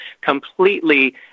completely